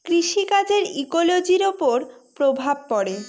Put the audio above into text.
কৃষি কাজের ইকোলোজির ওপর প্রভাব পড়ে